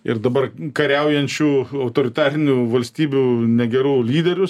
ir dabar kariaujančių autoritarinių valstybių negerų lyderius